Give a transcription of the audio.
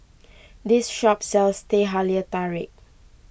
this shop sells Teh Halia Tarik